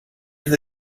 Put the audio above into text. into